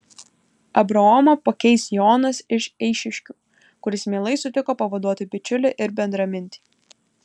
abraomą pakeis jonas iš eišiškių kuris mielai sutiko pavaduoti bičiulį ir bendramintį